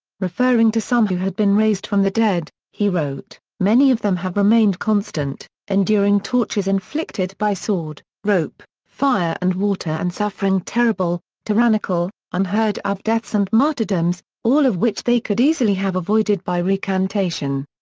referring to some who had been raised from the dead, he wrote many of them have remained constant, enduring tortures inflicted by sword, rope, fire and water and suffering terrible, tyrannical, unheard-of deaths and martyrdoms, all of which they could easily have avoided by recantation.